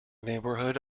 neighbourhood